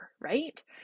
right